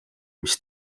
mis